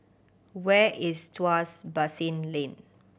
where is Tuas Basin Lane